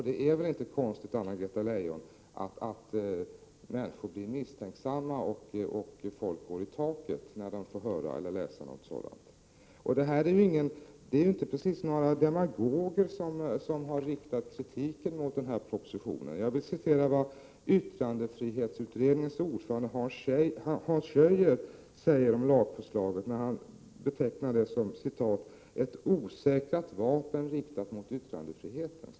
Det är väl inte konstigt, Anna-Greta Leijon, att människor blir misstänksamma och ”går i taket” när de får höra eller läsa något sådant. Det är ju inte precis några demagoger som har riktat kritiken mot den här propositionen. Yttrandefrihetsutredningens ordförande Hans Schöier betecknar lagförslaget som ”ett osäkrat vapen, riktat mot yttrandefriheten”.